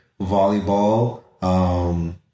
volleyball